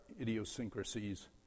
idiosyncrasies